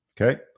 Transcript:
Okay